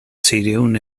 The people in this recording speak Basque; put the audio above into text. seiehun